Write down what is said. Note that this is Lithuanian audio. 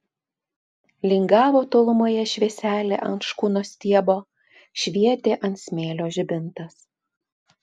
lingavo tolumoje švieselė ant škunos stiebo švietė ant smėlio žibintas